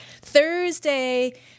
Thursday